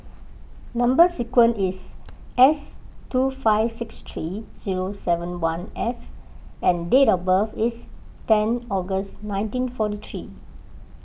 Number Sequence is S two five six three zero seven one F and date of birth is ten August nineteen forty three